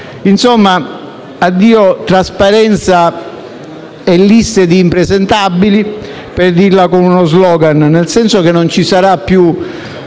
Insomma: addio trasparenza e liste di impresentabili, per dirla con uno *slogan,* nel senso che non ci sarà più